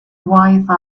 wifi